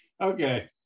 Okay